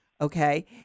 okay